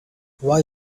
why